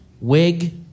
wig